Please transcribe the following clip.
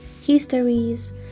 histories